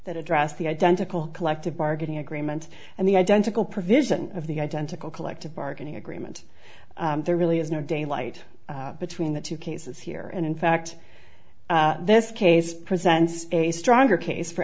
that addressed the identical collective bargaining agreement and the identical provision of the identical collective bargaining agreement there really is no daylight between the two cases here and in fact this case presents a stronger case for